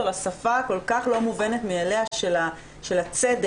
לשפה הכל כך לא מובנת מאליה של הצדק,